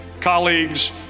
colleagues